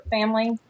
family